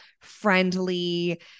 friendly